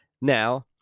now